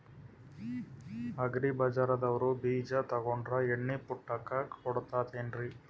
Agri ಬಜಾರದವ್ರು ಬೀಜ ತೊಗೊಂಡ್ರ ಎಣ್ಣಿ ಪುಕ್ಕಟ ಕೋಡತಾರೆನ್ರಿ?